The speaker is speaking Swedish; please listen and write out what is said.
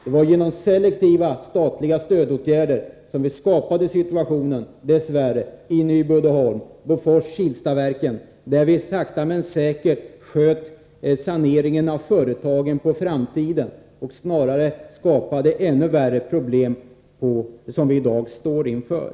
Det var genom selektiva statliga stödåtgärder som vi, dess värre, skapade situationen i Nyby Uddeholm och i Bofors-Kilstaverken, där vi sakta men säkert sköt saneringen av företagen på framtiden och skapade ännu värre problem, som vi i dag står inför.